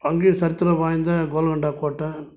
அங்கேயும் சரித்திரம் வாய்ந்த கோல்கொண்டா கோட்டை